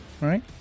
right